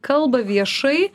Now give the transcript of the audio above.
kalba viešai